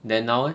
then now eh